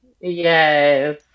Yes